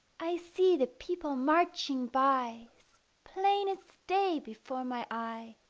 i see the people marching by, as plain as day before my eye.